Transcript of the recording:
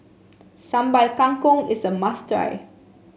Sambal Kangkong is a must try